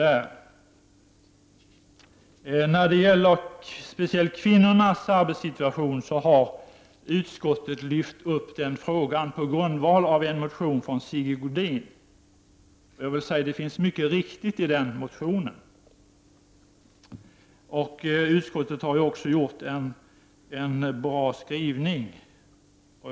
Frågan om kvinnornas arbetssituation har utskottet lyft upp på grundval av en motion från Sigge Godin. Jag vill säga att det finns mycket som är riktigt i den motionen. Utskottet har också gjort en bra skrivning.